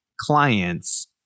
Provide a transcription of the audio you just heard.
clients